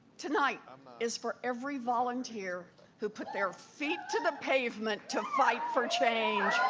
tonight um is for every volunteer who put their feet to the pavement to fight for change